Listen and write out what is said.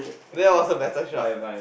that was a better shot